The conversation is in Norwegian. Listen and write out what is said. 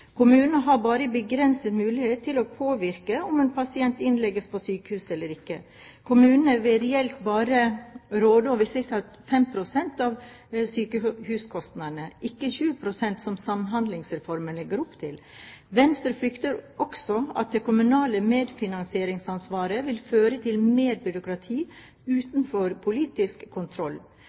Kommunene har bare begrenset mulighet til å påvirke om en pasient innlegges på sykehus eller ikke. Kommunene vil reelt bare råde over ca. 5 pst. av sykehuskostnadene, ikke 20 pst. som Samhandlingsreformen legger opp til. Venstre frykter også at det kommunale medfinansieringsansvaret vil føre til mer byråkrati utenfor politisk kontroll.